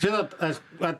žinot aš vat